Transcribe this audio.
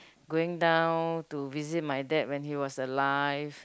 going down to visit my dad when he was alive